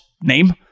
name